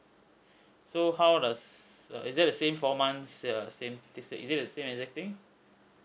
so how does err is it the same four months err same this is it the same exact thing